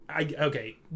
Okay